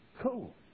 cool